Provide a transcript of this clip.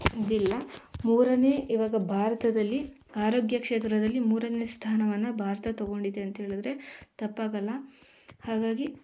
ಇದಿಲ್ಲ ಮೂರನೇ ಈವಾಗ ಭಾರತದಲ್ಲಿ ಆರೋಗ್ಯ ಕ್ಷೇತ್ರದಲ್ಲಿ ಮೂರನೇ ಸ್ಥಾನವನ್ನು ಭಾರತ ತಗೊಂಡಿದೆ ಅಂಥೇಳಿದ್ರೆ ತಪ್ಪಾಗೋಲ್ಲ ಹಾಗಾಗಿ